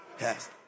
Yes